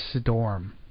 Storm